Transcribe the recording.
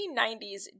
1990s